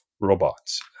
robots